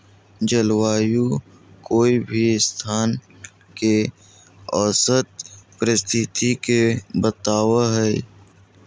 जलवायु कोय भी स्थान के औसत परिस्थिति के बताव हई